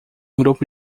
grupo